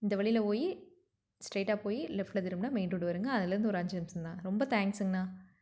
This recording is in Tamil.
இந்த வழியில் போய் ஸ்ட்ரைட்டாக போய் லெஃப்ட்டில் திரும்பினா மெயின் ரோடு வரும்ங்க அதுலேருந்து ஒரு அஞ்சு நிமிஷம்தான் ரொம்ப தேங்க்ஸுங்கண்ணா